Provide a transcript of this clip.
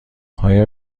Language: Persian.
آیا